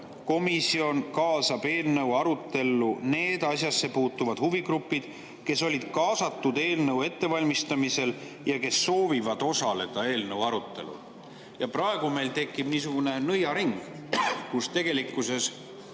komisjon kaasab eelnõu arutellu need asjassepuutuvad huvigrupid, kes olid kaasatud eelnõu ettevalmistamisel ja kes soovivad osaleda eelnõu arutelul. Praegu meil tekib niisugune nõiaring, kus tegelikkuses